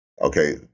Okay